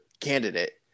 candidate